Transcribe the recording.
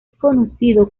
conocido